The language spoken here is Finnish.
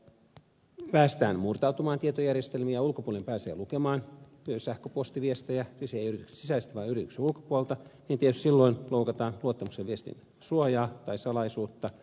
jos päästään murtautumaan tietojärjestelmiin ja ulkopuolinen pääsee lukemaan sähköpostiviestejä siis ei yrityksen sisältä vaan yrityksen ulkopuolelta niin tietysti silloin loukataan luottamuksellisen viestin suojaa tai salaisuutta